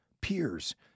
peers